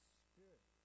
spirit